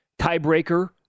tiebreaker